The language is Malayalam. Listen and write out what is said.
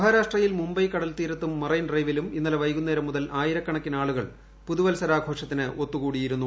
മഹാരാഷ്ട്രയിൽ മുംബൈ കടൽത്തീരത്തും മറൈൻ ര്യ്ഡ്വിലും ഇന്നലെ വൈകുന്നേരം മുതൽ ആയിരക്കണക്കിന് ആളുകൾ പുതുവൽസരാഘോഷത്തിന് ഒത്തു കൂടിയിരുന്നു